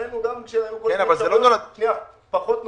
כשרצינו מרצוננו, גם כשהיו --- פחות נוחות.